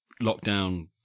lockdown